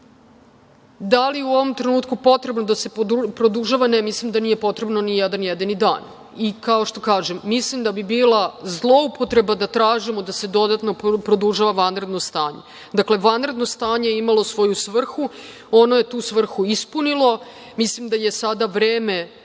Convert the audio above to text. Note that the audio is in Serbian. da li je u ovom trenutku potrebno da se produžava? Ne, mislim da nije potrebno nijedan jedini dan. Kao što kažem, mislim da bi bila zloupotreba da tražimo da se dodatno produžava vanredno stanje. Dakle, vanredno stanje je imalo svoju svrhu i ono je tu svoju svrhu ispunilo. Mislim da je sada vreme